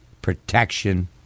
protection